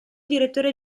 direttore